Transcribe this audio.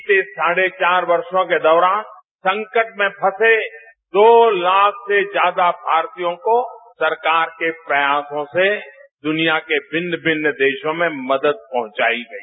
बीते साढ़े चार वर्षों के दौरान संकट में फंसे दो लाख से ज्यादा भारतीयों को सरकार के प्रयासों से दुनिया के मिन्न मिन्न देशों में मदद पहुंचाई गई